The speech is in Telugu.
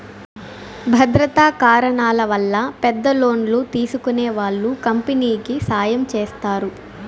భద్రతా కారణాల వల్ల పెద్ద లోన్లు తీసుకునే వాళ్ళు కంపెనీకి సాయం చేస్తారు